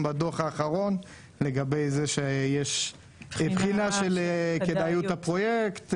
בדו"ח האחרון לגבי זה שיש תחילה של כדאיות הפרויקט,